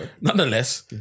Nonetheless